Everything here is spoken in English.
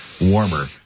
warmer